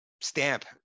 stamp